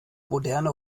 moderne